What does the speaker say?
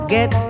Get